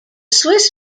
swiss